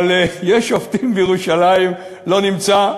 אבל "יש שופטים בירושלים" לא נמצא,